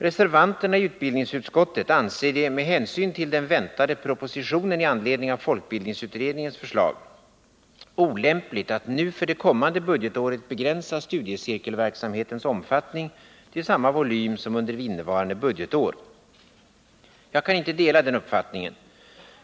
Reservanterna i utbildningsutskottet anser det, med hänsyn till den väntade propositionen i anledning av folkbildningsutredningens förslag, olämpligt att nu för det kommande budgetåret begränsa studiecirkelverksamhetens omfattning till samma volym som under innevarande budgetår. Jag kan inte dela den uppfattningen.